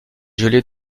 gelé